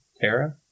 Tara